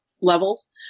levels